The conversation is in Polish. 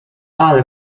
ale